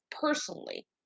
personally